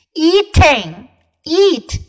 ,eating,eat